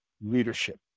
leadership